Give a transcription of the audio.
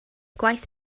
gwaith